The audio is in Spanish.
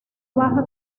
baja